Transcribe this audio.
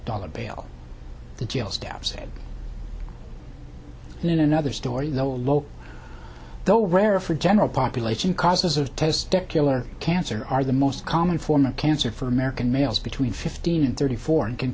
dollars bail the jail staff said in another story the local though rare for general population causes of testicular cancer are the most common form of cancer for american males between fifteen and thirty four and can